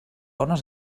ones